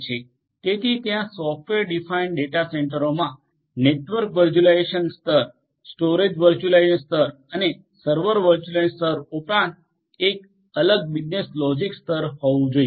તેથી ત્યાં software define data સેન્ટરોમાં નેટવર્ક વર્ચ્યુઅલાઇઝેશન સ્તર સ્ટોરેજ વર્ચ્યુઅલાઈઝેશન સ્તર અને સર્વર વર્ચ્યુઅલાઈઝેશન સ્તર ઉપરાંત એક અલગ બિઝનેસ લોજીક સ્તર હોવુ જોઈએ